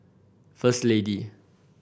First Lady